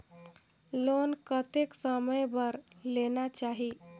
Loan कतेक समय बर लेना चाही?